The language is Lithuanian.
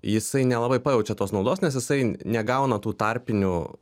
jisai nelabai pajaučia tos naudos nes jisai negauna tų tarpinių